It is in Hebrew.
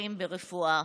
מתמחים ברפואה.